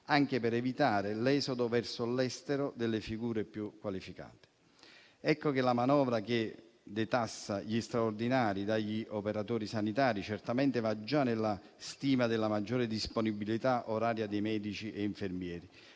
anche per evitare l'esodo verso l'estero delle figure più qualificate. Ecco che la manovra, che detassa gli straordinari dagli operatori sanitari, certamente va già nella stima della maggiore disponibilità oraria dei medici e infermieri.